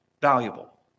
valuable